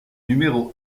numéro